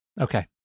Okay